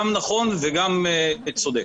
גם נכון וגם צודק.